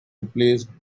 replaced